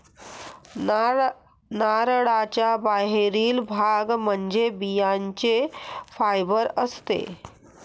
नारळाचा बाहेरील भाग म्हणजे बियांचे फायबर असते